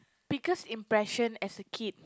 biggest impression as a kid